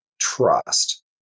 trust